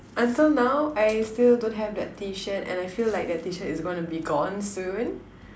until now I still don't have that T-shirt and I feel like that T-shirt is gonna be gone soon